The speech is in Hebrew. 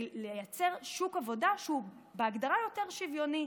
לייצר שוק עבודה שהוא בהגדרה יותר שוויוני.